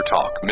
Talk